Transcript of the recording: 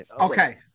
Okay